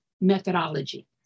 methodology